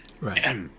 right